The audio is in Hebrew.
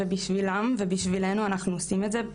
בשבילם ובשבילנו אנחנו עושים את זה,